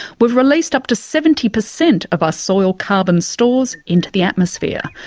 we've released up to seventy percent of our soil carbon stores into the atmosphere.